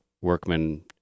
workmen